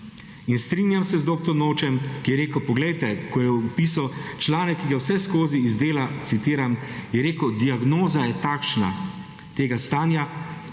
In strinjam se z dr. Nočem, ki je rekel, poglejte, ko je vpisal članek, ki ga vseskozi iz dela citiram, je rekel: »Diagnoza je takšna, tega stanja,